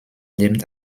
named